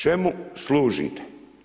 Čemu služite?